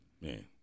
Man